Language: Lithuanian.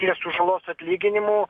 tie su žalos atlyginimu